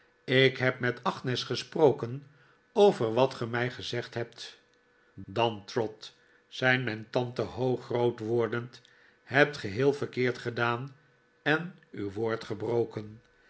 ik heb met agnes gesproken over wat ge mij gezegd hebt dan trot zei mijn tante hoogrood wordend hebt ge heel verkeerd gedaan en uw woord gebroken